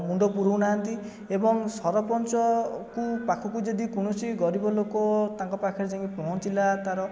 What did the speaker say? ମୁଣ୍ଡ ପୁରଉ ନାହାନ୍ତି ଏବଂ ସରପଞ୍ଚକୁ ପାଖକୁ ଯଦି କୌଣସି ଗରିବ ଲୋକ ତାଙ୍କ ପାଖରେ ଯାଇକି ପହଞ୍ଚିଲା ତା ର